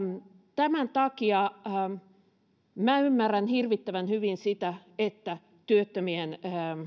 tämän takia ymmärrän hirvittävän hyvin sitä että työttömien